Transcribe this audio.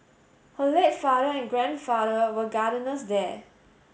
her late father and grandfather were gardeners there